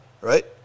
Right